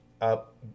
up